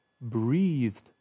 breathed